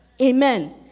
Amen